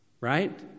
Right